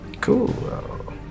Cool